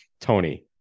Tony